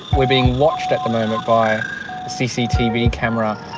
we're being watched at the moment by a cctv camera.